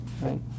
right